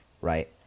Right